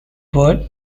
word